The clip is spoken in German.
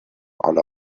alle